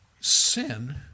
Sin